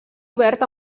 obert